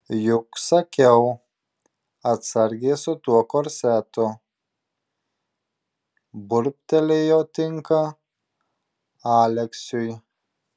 juk sakiau atsargiai su tuo korsetu burbtelėjo tinka aleksiui